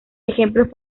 ejemplos